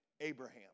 Abraham